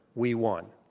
we won.